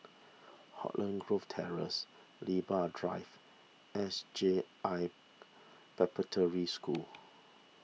Holland Grove Terrace Libra Drive S J I Preparatory School